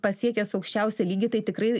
pasiekęs aukščiausią lygį tai tikrai